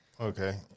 Okay